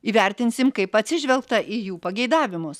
įvertinsim kaip atsižvelgta į jų pageidavimus